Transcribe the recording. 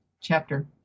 chapter